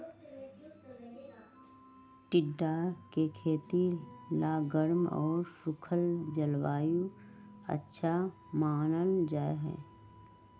टिंडा के खेती ला गर्म और सूखल जलवायु अच्छा मानल जाहई